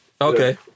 Okay